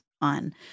on